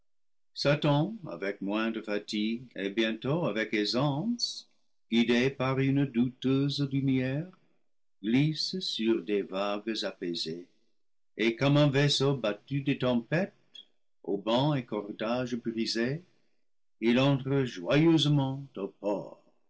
satan avec moins de fatigue et bientôt avec aisance guidé par une douteuse lumière glisse sur les vagues apaisées et comme un vaisseau battu des tempêtes haubans et cordages brisés il entre joyeusement